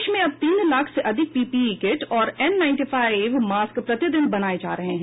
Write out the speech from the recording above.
देश में अब तीन लाख से अधिक पीपीई किट और एन नाईनटी फाइव मॉस्क प्रतिदिन बनाए जा रहे हैं